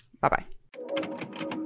bye-bye